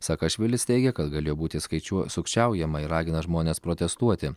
sakašvilis teigia kad galėjo būti skaičiuo sukčiaujama ir ragina žmones protestuoti